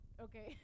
Okay